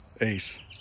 Ace